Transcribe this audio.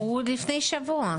הוא הגיע לפני שבוע.